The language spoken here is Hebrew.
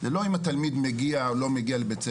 זה לא אם התלמיד מגיע או לא מגיע לבית-ספר.